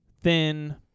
thin